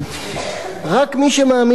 רק מי שמאמין לו מפחד.